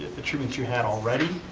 the treatment you had already,